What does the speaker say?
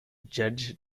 judge